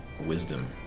wisdom